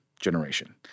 generation